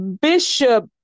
Bishop